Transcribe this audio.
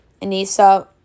Anissa